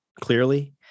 clearly